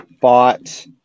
bought